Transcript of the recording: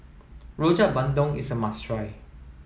Rojak Bandung is a must try